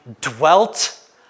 dwelt